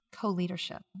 co-leadership